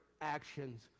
actions